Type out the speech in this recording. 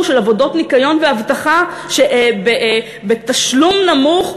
של עבודות ניקיון ואבטחה בתשלום נמוך,